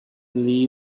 lee